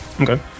okay